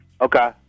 Okay